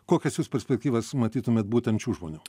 kokias jūs perspektyvas matytumėt būtent šių žmonių